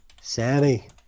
Sammy